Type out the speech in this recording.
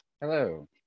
Hello